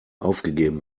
aufgegeben